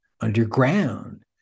underground